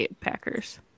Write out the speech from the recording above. Packers